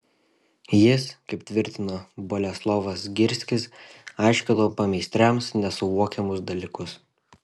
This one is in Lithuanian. jis kaip tvirtino boleslovas zgirskis aiškino pameistriams nesuvokiamus dalykus